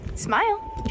Smile